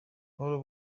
buhoro